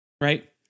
right